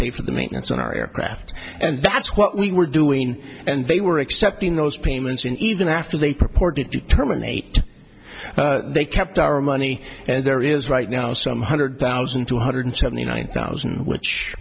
pay for the maintenance on our aircraft and that's what we were doing and they were accepting those payments and even after they purported to terminate they kept our money and there is right now some hundred thousand two hundred seventy nine thousand which